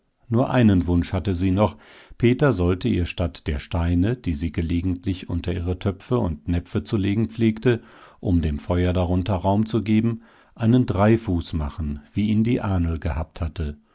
nur einen wunsch hatte sie noch peter sollte ihr statt der steine die sie gelegentlich unter ihre töpfe und näpfe zu legen pflegte um dem feuer darunter raum zu geben einen dreifuß machen wie ihn die ahnl gehabt hatte